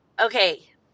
Okay